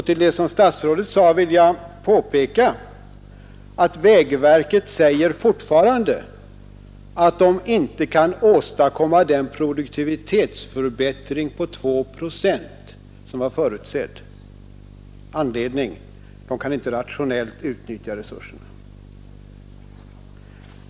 Till det som statsrådet sade vill jag påpeka att vägverket säger att man fortfarande inte kunnat åstadkomma den produktivitetsförbättring på 2 procent som var förutsedd. Anledning: man kan inte rationellt utnyttja resurserna.